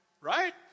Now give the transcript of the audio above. Right